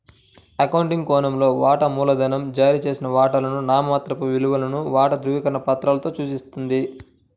accounting కోణంలో, వాటా మూలధనం జారీ చేసిన వాటాల నామమాత్రపు విలువను వాటా ధృవపత్రాలలో సూచిస్తుంది